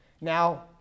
Now